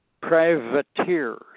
privateers